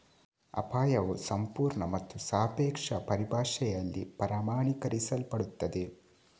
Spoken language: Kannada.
ಅಪಾಯವು ಸಂಪೂರ್ಣ ಮತ್ತು ಸಾಪೇಕ್ಷ ಪರಿಭಾಷೆಯಲ್ಲಿ ಪ್ರಮಾಣೀಕರಿಸಲ್ಪಡುತ್ತದೆ